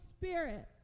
Spirit